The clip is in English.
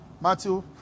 Matthew